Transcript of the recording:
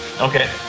Okay